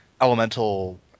elemental